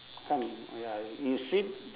come ya you sit